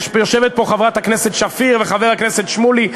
יושבים פה חברת הכנסת שפיר וחבר הכנסת שמולי.